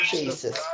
Jesus